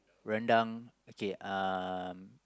rendang okay um